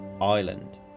island